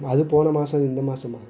அது போன மாசம் இது இந்த மாசமா